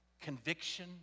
conviction